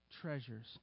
treasures